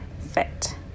fit